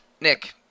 Nick